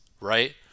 right